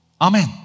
Amen